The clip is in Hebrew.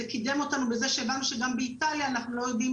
זה קידם אותנו בכך שהבנו שגם באיטליה אנחנו לא יודעים